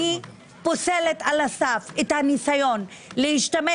אני פוסלת על הסף את הניסיון להשתמש